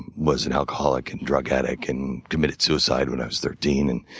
was an alcoholic and drug addict and committed suicide when i was thirteen.